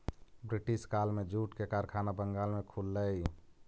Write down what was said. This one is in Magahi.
ब्रिटिश काल में जूट के कारखाना बंगाल में खुललई